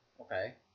Okay